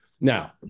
Now